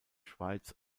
schweiz